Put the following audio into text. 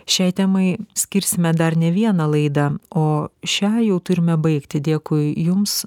šiai temai skirsime dar ne vieną laidą o šią jau turime baigti dėkui jums